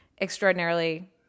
extraordinarily